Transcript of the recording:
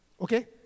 Okay